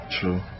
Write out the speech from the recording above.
True